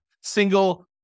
single